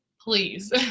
please